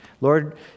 Lord